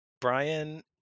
Brian